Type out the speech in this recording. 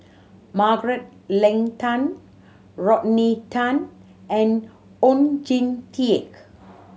Margaret Leng Tan Rodney Tan and Oon Jin Teik